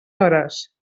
hores